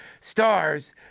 stars